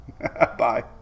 bye